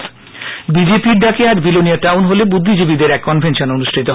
BJP বিজেপির ডাকে আজ বিলোনীয়া টাউন হলে বুদ্ধিজীবীদের এক কনভেনশন অনুষ্ঠিত হয়